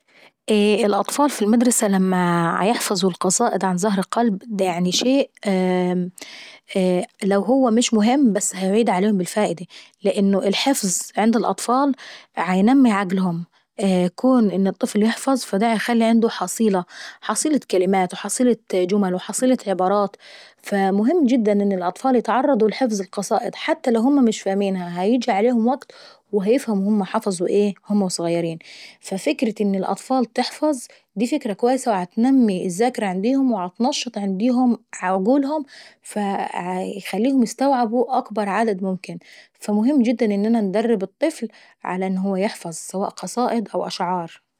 الأطفال في المدرسة لما بيحفظو القصائد عن ظهر قلب دا يعني شيء لو هو مش مهم فهو هيعود عليهم بالفائدة. لأن الحفظ عند الأطفال عينمي عقلهم، وكون ان الطفل يحفظ فدا هيعلي عنده حصيلة. حصيلة كلمات وحصيلة عبارات وحصيلة جمل، فا مهم جدا ان الأطفال يتعرضوا لحفظ القصائد وهييجي عليهم وقت وهيفهموا ايه هما وصغيرة. ففكرة ان الاطفال تحفظ دي فكرة كويسة وبتنمي عنديهم الذاكرة وبتنشط عنديهم عقولهم فبيخليهم يستعبوا اكبر عدد ممكن. فمهم جدا ان انا ندرب الطفل على انه يحفظ قصائد او اشعار.